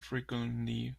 frequently